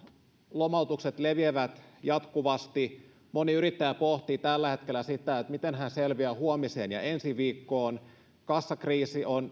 lomautukset leviävät jatkuvasti moni yrittäjä pohtii tällä hetkellä sitä miten hän selviää huomiseen ja ensi viikkoon kassakriisi on